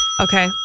Okay